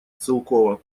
целкова